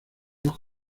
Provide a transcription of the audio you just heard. rock